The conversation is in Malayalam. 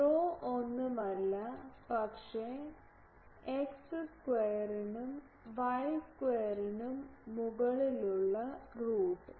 Ρ ഒന്നുമല്ല പക്ഷേ x സ്ക്വയറിനും y സ്ക്വയറിനും മുകളിലുള്ള റൂട്ട്